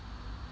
yeah